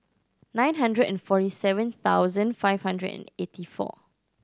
nine hundred and forty seven thousand five hundred and eighty four